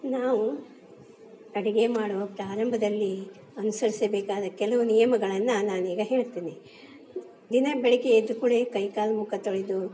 ನಾವು ಅಡಿಗೆ ಮಾಡುವ ಪ್ರಾರಂಭದಲ್ಲಿ ಅನುಸರಿಸಬೇಕಾದ ಕೆಲವು ನಿಯಮಗಳನ್ನು ನಾನು ಈಗ ಹೇಳ್ತೀನಿ ದಿನಾ ಬೆಳಗ್ಗೆ ಎದ್ದ ಕೂಡ್ಲೆ ಕೈ ಕಾಲು ಮುಖ ತೊಳೆದು